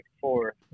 four